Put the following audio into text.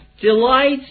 delights